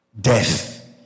death